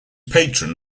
patron